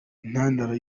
intandaro